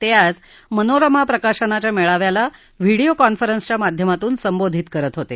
ते आज मनोरमा प्रकाशनाच्या मेळाव्याला व्हिडिओ कॉन्फरन्सच्या माध्यमातून संबोधित करत होते